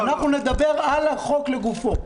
אנחנו נדבר על החוק לגופו.